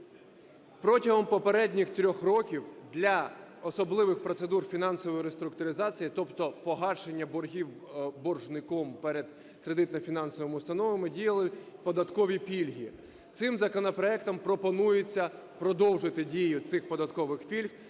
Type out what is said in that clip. Протягом попередніх трьох років для особливих процедур фінансової реструктуризації, тобто погашення боргів боржником перед кредитно-фінансовими установами, діяли податкові пільги. Цим законопроектом пропонується продовжити дію цих податкових пільг